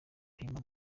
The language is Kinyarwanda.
bimpa